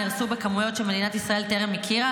נהרסו בכמויות שמדינת ישראל טרם הכירה,